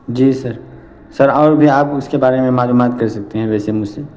جی sir sir اور بھی آپ اس کے بارے میں معلومات کر سکتے ہیں ویسے مجھ سے